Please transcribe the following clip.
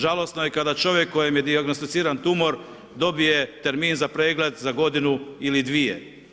Žalosno je kada čovjek kojem je dijagnosticiran tumor dobije termin za pregled za godinu ili dvije.